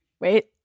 Wait